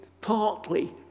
partly